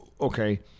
okay